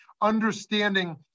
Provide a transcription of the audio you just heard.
understanding